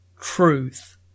truth